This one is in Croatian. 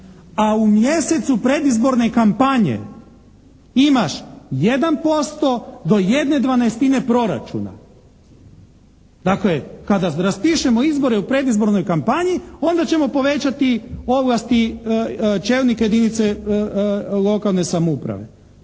a u mjesecu predizborne kampanje imaš 1% do jedne dvanaestine proračuna. Dakle, kada raspišemo izbore u predizbornoj kampanji onda ćemo povećati ovlasti čelnika jedinica lokalne samouprave.